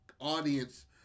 audience